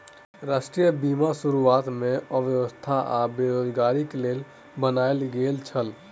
राष्ट्रीय बीमा शुरुआत में अस्वस्थता आ बेरोज़गारीक लेल बनायल गेल छल